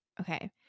Okay